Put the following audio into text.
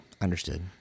Understood